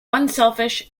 unselfish